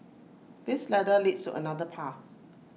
this ladder leads to another path